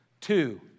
Two